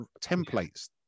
templates